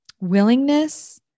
willingness